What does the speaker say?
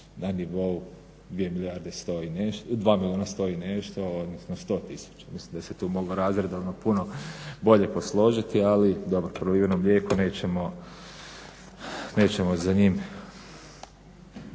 na nivou 2 100 000, odnosno 100 tisuća, mislim da se tu moglo razredovno puno bolje posložitili ali dobro proliveno mlijeko nećemo, nećemo